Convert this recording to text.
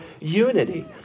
unity